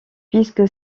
puisque